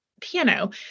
piano